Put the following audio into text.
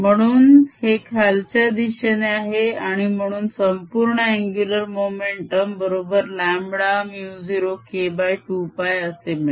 म्हणून हे खालच्या दिशेने आहे आणि म्हणून संपूर्ण अन्गुलर मोमेंटम बरोबर λμ0K2π असे मिळेल